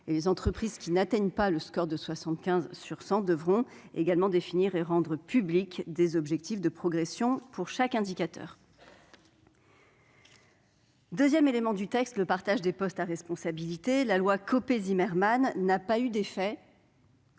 Les entreprises qui n'atteignent pas le score global de 75 sur 100 devront également définir et rendre publics des objectifs de progression pour chaque indicateur. J'en viens au deuxième volet du texte, à savoir le partage des postes à responsabilité. La loi Copé-Zimmermann n'a pas eu d'effet